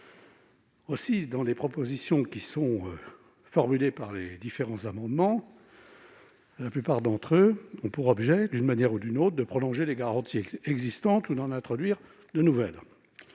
rurale. Parmi les propositions formulées par les différents amendements, la plupart ont pour objet, d'une manière ou d'une autre, de prolonger les garanties existantes ou d'en introduire de nouvelles.